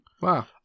Wow